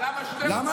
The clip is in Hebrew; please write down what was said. נכון, זאת